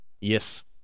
Yes